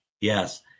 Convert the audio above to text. Yes